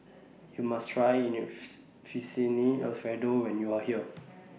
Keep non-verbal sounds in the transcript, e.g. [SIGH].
YOU must Try [UNINTELLIGIBLE] Fettuccine Alfredo when YOU Are here